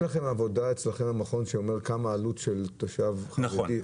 לכם עבודה במכון שאומרת כמה עלות של תושב חרדי?